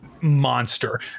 monster